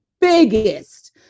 biggest